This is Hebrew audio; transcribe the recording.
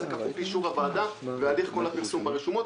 וזה כפוף לאישור הוועדה והליך כל הפרסום ברשומות.